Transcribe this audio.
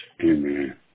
Amen